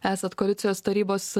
esat koalicijos tarybos